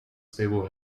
stable